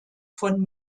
von